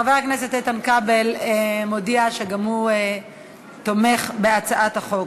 חבר הכנסת איתן כבל מודיע שגם הוא תומך בהצעת החוק.